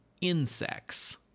insects